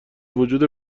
وجود